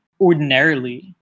ordinarily